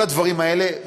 כל הדברים האלה,